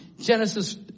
Genesis